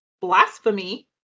Blasphemy